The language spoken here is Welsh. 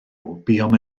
buom